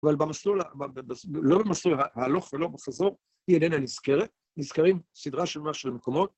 ‫אבל במסלול, לא במסלול, ‫ההלוך ולא בחזור, ‫היא איננה נזכרת. ‫נזכרים סדרה שלמה של מקומות.